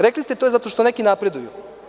Rekli ste da je to zato što neki napreduju.